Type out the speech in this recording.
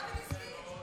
אני הזכרתי.